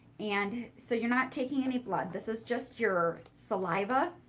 and so you're not taking any blood. this is just your saliva.